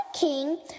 King